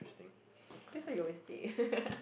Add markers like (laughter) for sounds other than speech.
(breath) that's what you always say (laughs)